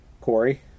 Corey